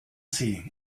sie